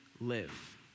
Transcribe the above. live